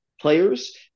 players